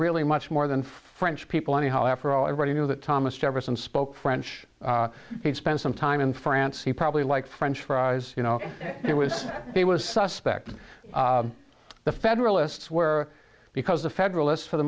really much more than french people anyhow after all everybody knew that thomas jefferson spoke french he'd spent some time in france he probably like french fries you know it was he was suspect the federalists where because the federalists for the